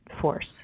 force